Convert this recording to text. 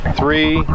three